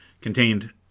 contained